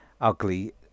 ugly